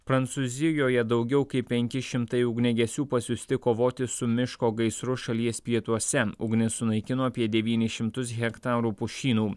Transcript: prancūzijoje daugiau kaip penki šimtai ugniagesių pasiųsti kovoti su miško gaisru šalies pietuose ugnis sunaikino apie devynis šimtus hektarų pušynų